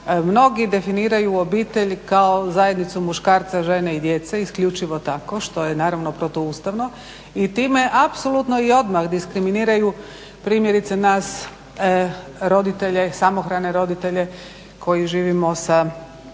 mnogi definiraju obitelj kao zajednicu muškarca, žene i djece, isključivo tako, što je naravno protuustavno i time apsolutno i odmah diskriminiraju primjerice nas samohrane roditelje koji živimo sa djetetom